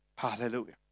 Hallelujah